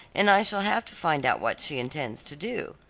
and i shall have to find out what she intends to do.